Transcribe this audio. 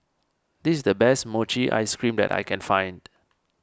this is the best Mochi Ice Cream that I can find